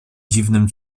dziwnym